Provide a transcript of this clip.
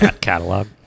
Catalog